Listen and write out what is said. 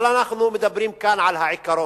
אבל אנחנו מדברים כאן על העיקרון,